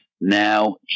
now